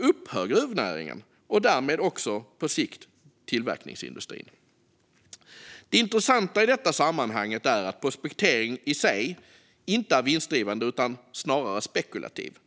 upphör gruvnäringen och därmed också på sikt tillverkningsindustrin. Det intressanta i detta sammanhang är att prospekteringen i sig inte är vinstdrivande utan snarare spekulativ.